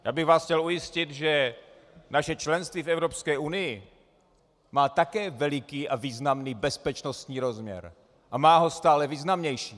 Já bych vás chtěl ujistit, že naše členství v Evropské unii má také veliký a významný bezpečnostní rozměr a má ho stále významnější.